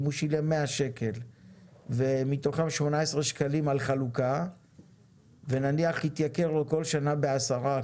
אם הוא שילם 100 ₪ ומתוכם 18 ₪ על חלוקה ונניח יתייקר לו כל שנה ב-10%,